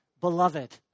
beloved